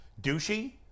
douchey